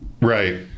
Right